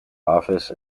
office